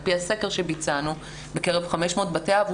על פי הסקר שביצענו בקרב 500 בתי אב,